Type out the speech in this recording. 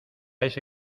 ese